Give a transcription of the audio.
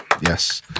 yes